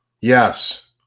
Yes